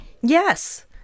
Yes